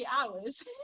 hours